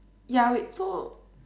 ya wait so